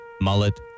Mullet